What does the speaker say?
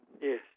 Yes